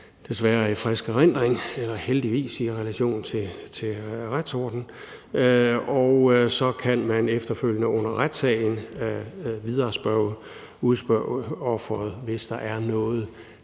desværre er i frisk erindring – eller heldigvis i relation til retsordenen – og så kan man efterfølgende under retssagen videre udspørge offeret, hvis der er noget,